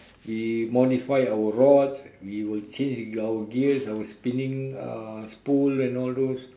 we modify our rods we will change our gears our spinning uh spool and all those